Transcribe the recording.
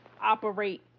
operate